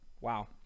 wow